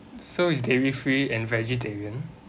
so it's dairy free and vegetarian